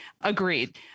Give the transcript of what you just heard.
agreed